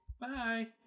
Bye